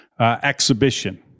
exhibition